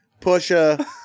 Pusha